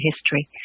history